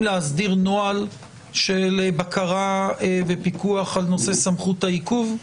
להסדיר נוהל של בקרה ושל פיקוח על נושא סמכות העיכוב?